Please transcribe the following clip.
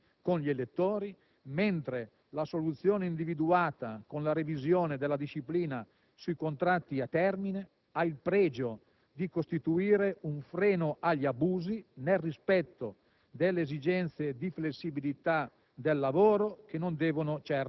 costituisce la realizzazione di precisi impegni assunti con gli elettori, mentre la soluzione individuata con la revisione della disciplina sui contratti a termine ha il pregio di costituire un freno agli abusi, nel rispetto delle esigenze